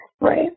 Right